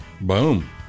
Boom